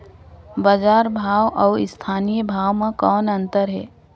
बजार भाव अउ स्थानीय भाव म कौन अन्तर हे?